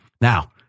Now